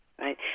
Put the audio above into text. right